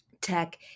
tech